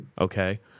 okay